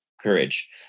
courage